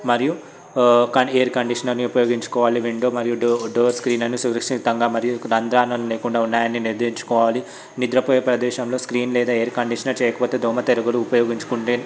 మరియు కానీ ఎయిర్ కండిషనర్ని ఉపయోగించుకోవాలి విండో మరియ డోర్ డోర్ స్క్రీన్లను సురక్షితంగా మరియు రంధ్రాలను లేకుండా ఉన్నాయని నిర్ధించుకోవాలి నిద్రపోయే ప్రదేశంలో స్క్రీన్ లేదా ఎయిర్ కండిషనర్ చేయకపోతే దోమల తెరలు ఉపయోగించుకుంటే